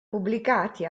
pubblicati